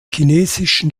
chinesischen